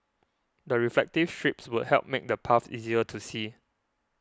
the reflective strips would help make the paths easier to see